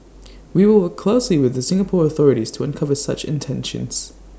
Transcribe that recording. we will work closely with the Singapore authorities to uncover such intentions